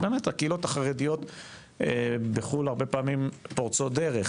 הקהילות החרדיות בחו"ל הרבה פעמים פורצות דרך.